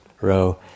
row